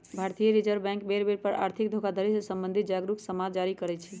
भारतीय reserve bank बेर बेर पर आर्थिक धोखाधड़ी से सम्बंधित जागरू समाद जारी करइ छै